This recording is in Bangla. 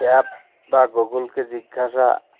অ্যাপ বা গুগলকে জিজ্ঞাসা